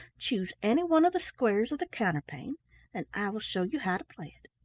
choose any one of the squares of the counterpane and i will show you how to play it.